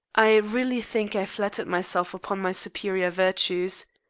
i really think i flattered myself upon my superior virtues.